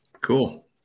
Cool